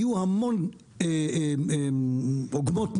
יהיו המון עוגמות נפש,